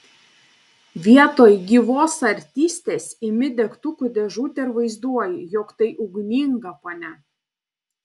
vietoj gyvos artistės imi degtukų dėžutę ir vaizduoji jog tai ugninga ponia